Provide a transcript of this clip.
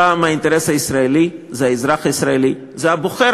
חבר הכנסת הורוביץ, ציונות זה לא כיבוש.